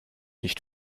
nicht